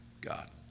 God